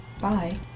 Bye